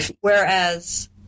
whereas